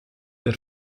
der